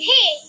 Hey